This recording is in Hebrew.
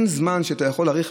אין זמן שאתה יכול להעריך,